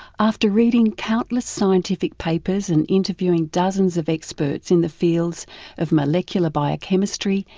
after reading countless scientific papers and interviewing dozens of experts in the fields of molecular biochemistry,